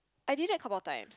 I did that couple of times